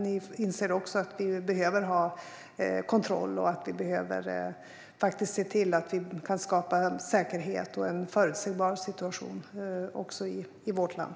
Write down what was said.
Ni inser också att vi behöver ha kontroll och att vi behöver se till att vi kan skapa säkerhet och en förutsägbar situation i vårt land.